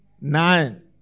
Nine